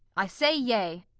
i say yea.